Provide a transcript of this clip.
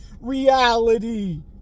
reality